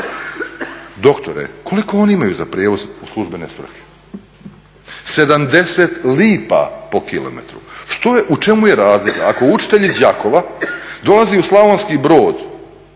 doktore koliko oni imaju za prijevoz u službene svrhe? 70 lipa po kilometru. U čemu je razlika? Ako učitelj iz Đakova dolazi u Slavonski Brod,